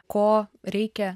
ko reikia